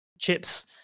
chips